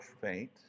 faint